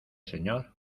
señor